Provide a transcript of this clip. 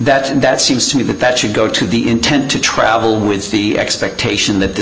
that that seems to me that that should go to the intent to travel with the expectation that this